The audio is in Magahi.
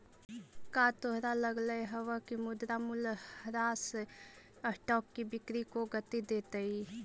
का तोहरा लगअ हवअ की मुद्रा मूल्यह्रास स्टॉक की बिक्री को गती देतई